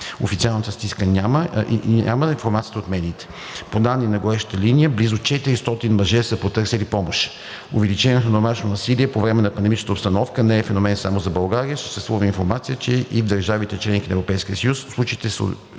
Официална статистика няма, информацията е от медиите. По данни на горещата линия близо 400 мъже са потърсили помощ. Увеличението на домашното насилие по време на пандемичната обстановка не е феномен само за България. Съществува информация, че и в държавите – членки на Европейския съюз, случаите са